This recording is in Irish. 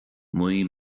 naoi